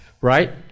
right